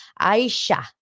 Aisha